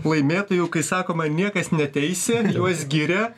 laimėtojų kai sakoma niekas neteisia juos giria